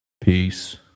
Peace